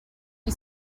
you